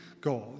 God